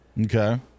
Okay